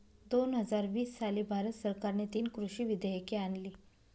दोन हजार वीस साली भारत सरकारने तीन कृषी विधेयके आणली